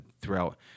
throughout